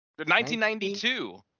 1992